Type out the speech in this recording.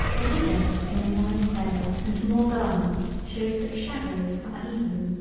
a widow in a wise veil and more garments shows that shadows are even.